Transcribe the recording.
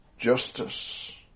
Justice